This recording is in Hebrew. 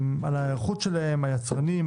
היצרנים,